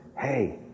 hey